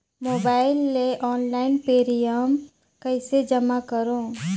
Mobile ले online premium कइसे जमा करों?